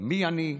מי אני,